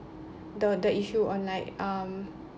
the the issue on like um